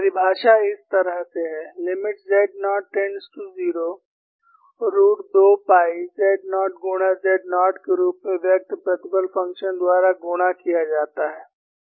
परिभाषा इस तरह से है limit z naught tends to 0 root 2 pi z naught गुणा z नॉट के रूप में व्यक्त प्रतिबल फ़ंक्शन द्वारा गुणा किया जाता है